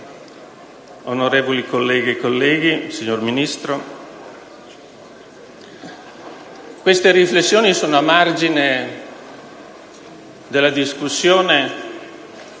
onorevoli colleghe e colleghi, signor Ministro, queste riflessioni sono a margine della discussione